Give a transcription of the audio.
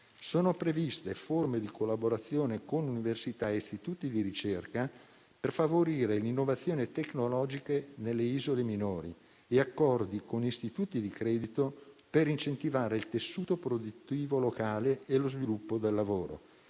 Sono previste forme di collaborazione con università e istituti di ricerca per favorire l'innovazione tecnologica nelle isole minori e accordi con istituti di credito per incentivare il tessuto produttivo locale e lo sviluppo del lavoro